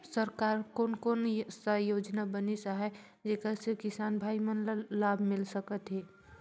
सरकार कोन कोन सा योजना बनिस आहाय जेकर से किसान भाई मन ला लाभ मिल सकथ हे?